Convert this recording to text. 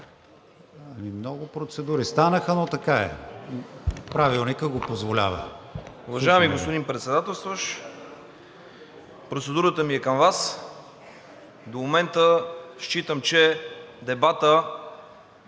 Много процедури станаха, но така е, Правилникът го позволява.